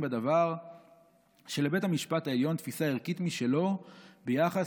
בדבר שלבית המשפט העליון תפיסה ערכית משלו ביחס